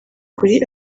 kuri